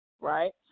Right